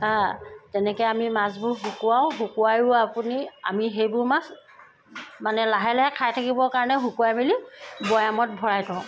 হা তেনেকৈ আমি মাছবোৰ শুকুৱাওঁ শুকুৱায়ো আপুনি আমি সেইবোৰ মাছ মানে লাহে লাহে খাই থাকিবৰ কাৰণে শুকুৱাই মেলি বৈয়ামত ভৰাই থওঁ